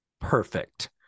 perfect